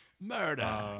Murder